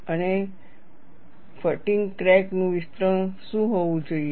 અને fatigue crack નું વિસ્તરણ શું હોવું જોઈએ